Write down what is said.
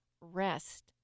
rest